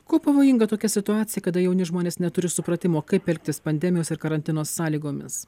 kuo pavojinga tokia situacija kada jauni žmonės neturi supratimo kaip elgtis pandemijos ir karantino sąlygomis